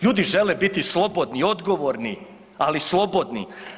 Ljudi žele biti slobodni i odgovorni, ali slobodni.